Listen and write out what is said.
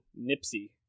nipsey